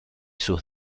sus